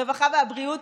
הרווחה והבריאות,